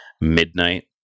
midnight